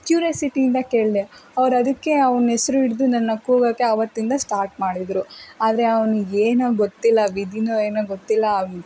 ಕ್ಯುರಿಯಾಸಿಟಿಯಿಂದ ಕೇಳಿದೆ ಅವ್ರು ಅದಕ್ಕೆ ಅವನ ಹೆಸ್ರು ಹಿಡಿದು ನನ್ನ ಕೂಗೋಕ್ಕೆ ಆವತ್ತಿಂದ ಸ್ಟಾರ್ಟ್ ಮಾಡಿದರು ಆದರೆ ಅವ್ನಿಗೆ ಏನೋ ಗೊತ್ತಿಲ್ಲ ವಿಧಿನೋ ಏನೋ ಗೊತ್ತಿಲ್ಲ